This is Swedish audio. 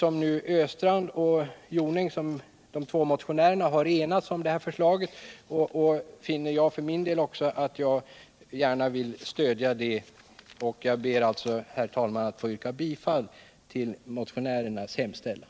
Olle Östrand och Gunnel Jonäng har enats om förslaget, och jag finner att jag för min del gärna vill stödja det. Jag ber alltså, herr talman, att få yrka bifall till motionärernas hemställan.